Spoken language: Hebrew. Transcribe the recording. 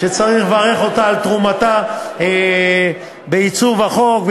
שצריך לברך אותה על תרומתה בעיצוב החוק.